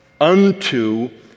unto